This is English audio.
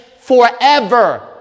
forever